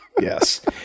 yes